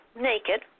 naked